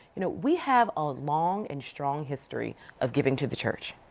you know we have a long and strong history of giving to the church.